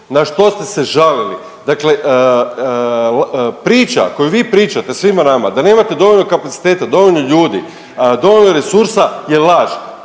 na što ste se žalili. Dakle, priča koju vi pričate svima nama da nemate dovoljno kapaciteta, dovoljno ljudi, dovoljno resurs je laž.